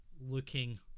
looking